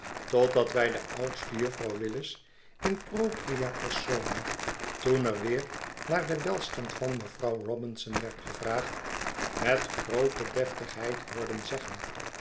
totdat wij de oudste juffrouw willis in propria persona toen er weer naar den welstand van mevrouw robinson werd gevraagd met groote deftigheid hoorden zeggen